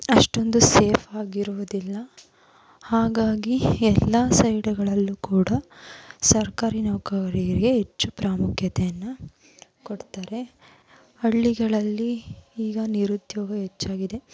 ಅಷ್ಟೊಂದು ಸೇಫಾಗಿ ಇರುವುದಿಲ್ಲ ಹಾಗಾಗಿ ಎಲ್ಲ ಸೈಡುಗಳಲ್ಲೂ ಕೂಡ ಸರ್ಕಾರಿ ನೌಕರಿಗೇ ಹೆಚ್ಚು ಪ್ರಾಮುಖ್ಯತೆಯನ್ನು ಕೊಡ್ತಾರೆ ಹಳ್ಳಿಗಳಲ್ಲಿ ಈಗ ನಿರುದ್ಯೋಗ ಹೆಚ್ಚಾಗಿದೆ